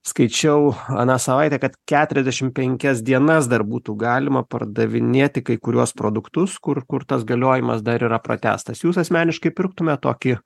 skaičiau aną savaitę kad keturiasdešimt penkias dienas dar būtų galima pardavinėti kai kuriuos produktus kur kur tas galiojimas dar yra pratęstas jūs asmeniškai pirktumėt tokį